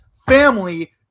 family